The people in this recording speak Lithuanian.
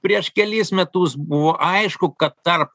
prieš kelis metus buvo aišku kad tarp